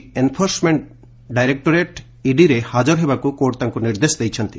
ଆଜି ଏନଫୋର୍ସମେଣ୍ଟ ଡାଇରେକ୍ଟୋରେଟରେ ହାଜର ହେବାକୁ କୋର୍ଟ ତାଙ୍କୁ ନିର୍ଦ୍ଦେଶ ଦେଇଛନ୍ତି